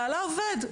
בעלה עובד.